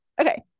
Okay